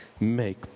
make